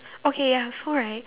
okay ya so right